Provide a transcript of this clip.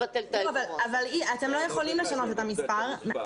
אבל אתם לא יכולים לשנות את המספר.